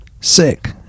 sick